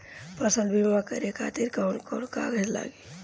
फसल बीमा करे खातिर कवन कवन कागज लागी?